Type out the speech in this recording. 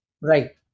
right